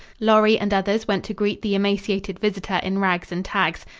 lorry and others went to greet the emaciated visitor in rags and tags.